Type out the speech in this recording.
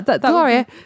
Gloria